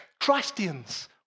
Christians